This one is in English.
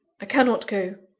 i cannot go,